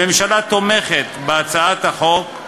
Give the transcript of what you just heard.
הממשלה תומכת בהצעת החוק,